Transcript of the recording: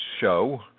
show